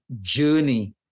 journey